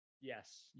Yes